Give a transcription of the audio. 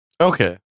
Okay